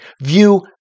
view